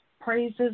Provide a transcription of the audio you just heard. praises